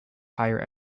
higher